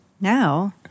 now